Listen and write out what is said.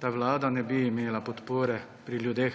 ta vlada ne bi imela podpore pri ljudeh